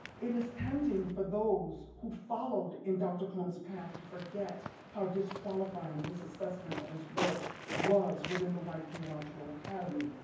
it is tempting for those who followed in dr. cone's path to forget how disqualifying assessment of his work was within the white theological academy,